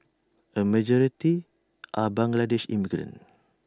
A majority are Bangladeshi immigrants